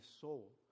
soul